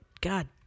god